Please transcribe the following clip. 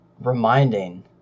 reminding